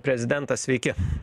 prezidentas sveiki